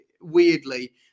weirdly